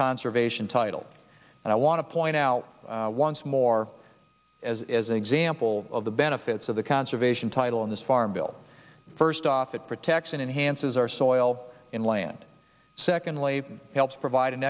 conservation title and i want to point out once more as an example of the benefits of the conservation title in this farm bill first off it protects and enhances our soil inland secondly it helps provide an